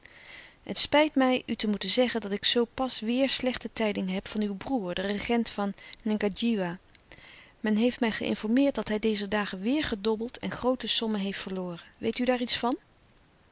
het spijt mij u te moeten zeggen dat ik zoo pas weêr slechte tijding heb van uw broêr de regent van ngadjiwa men heeft mij geinformeerd dat hij dezer dagen weêr gedobbeld en groote sommen heeft verloren weet u daar iets van